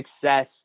success